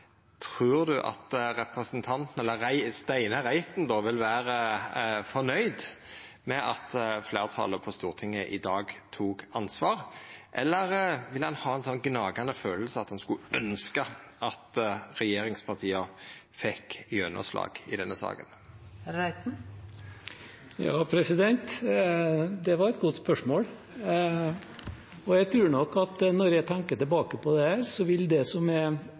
trur du at representanten – eller Steinar Reiten då – vil vera fornøgd med at fleirtalet på Stortinget i dag tok ansvar? Eller vil han ha ein gnagande følelse av at han skulle ønskt at regjeringspartia fekk gjennomslag i denne saka? Det var et godt spørsmål. Jeg tror nok at når jeg tenker tilbake på dette, vil det jeg først og fremst vil